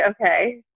okay